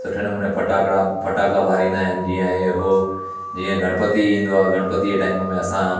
सुठे नमूने फटाकड़ा फटाका बारींदा आहिनि जीअं आहे उहो जीअं गणपती ईंदो आहे त गणपतीअ टाइम में असां